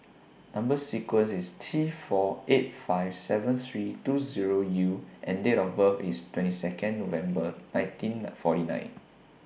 Number sequence IS T four eight five seven three two Zero U and Date of birth IS twenty Second November nineteen forty nine